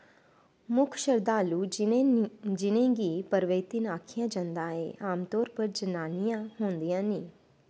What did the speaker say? मुक्ख शरधालू जि'नें गी परवैतिन आखेआ जंदा ऐ आमतौर पर जनानियां होंदियां न